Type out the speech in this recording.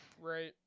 Right